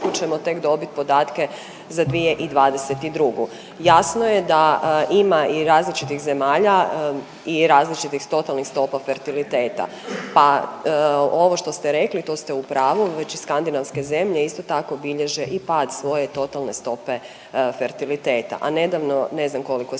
ćemo tek dobit podatke za 2022. Jasno je da ima i različitih zemalja i različitih totalnih stopa fertiliteta, pa ovo što ste rekli to ste u pravu. Već i skandinavske zemlje isto tako bilježe i pad svoje totalne stope fertiliteta, a nedavno ne znam koliko ste